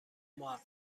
محقق